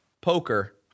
poker